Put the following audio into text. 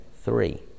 three